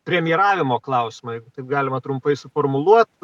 premjeravimo klausimai galima trumpai suformuluot